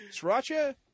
Sriracha